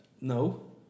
no